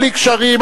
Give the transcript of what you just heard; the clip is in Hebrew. בלי קשרים,